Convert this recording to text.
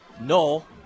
Null